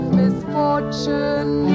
misfortune